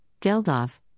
Geldof